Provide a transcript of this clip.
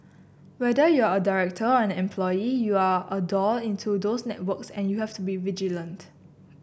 whether you're a director or an employee you're a door into those networks and you have to be vigilant